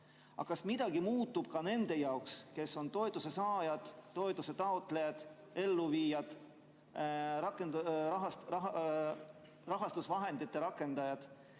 Aga kas midagi muutub ka nende jaoks, kes on toetuse saajad, toetuse taotlejad, elluviijad, rahasummade rakendajad?